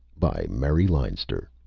by murray leinster